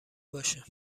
باشه